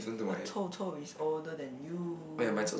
the 臭臭 is older than you